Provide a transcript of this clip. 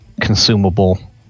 consumable